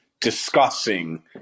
discussing